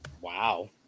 Wow